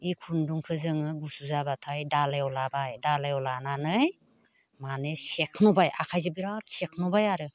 बे खुन्दुंखौ जोङो गुसु जाबाथाय दालायाव लाबाय दालायाव लानानै माने सेख्न'बाय आखाइजों बिराद सेख्न'बाय आरो